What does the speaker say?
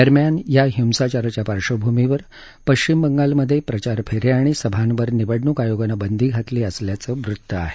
दरम्यान या हिंसाचाराच्या पार्श्वभूमीवर पश्चिम बंगालमधे प्रचार फे या आणि सभांवर निवडणूक आयोगानं बंदी घातली असल्याचं वृत्त आहे